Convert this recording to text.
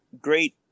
great